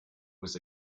was